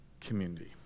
Community